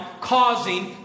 causing